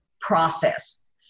process